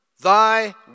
Thy